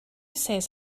says